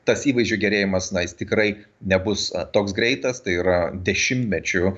tas įvaizdžio gerėjimas na jis tikrai nebus toks greitas tai yra dešimtmečių